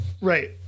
Right